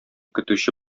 көтүче